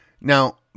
Now